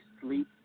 sleep